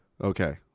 Okay